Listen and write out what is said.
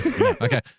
Okay